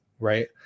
Right